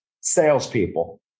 salespeople